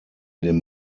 dem